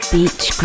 Beach